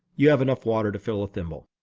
you have enough water to fill a thimble.